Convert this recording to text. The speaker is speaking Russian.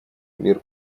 мир